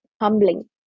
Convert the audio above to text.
humbling